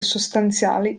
sostanziali